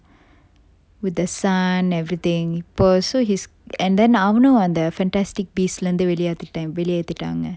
with the sun everything pursue so his and then அவனும் அந்த:avanum antha fantastic beast lah இருந்து வெளியாதுற:irunthu veliyathura time வெளியேத்திடாங்க:veliyethitanga